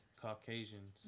Caucasians